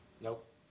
Nope